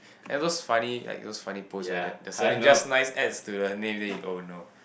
it was funny like it was funny post you've ever have the surname just nice adds to the name list oh no